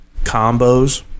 combos